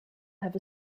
have